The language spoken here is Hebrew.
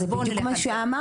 אז זה בדיוק מה שאמרתי.